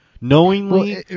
knowingly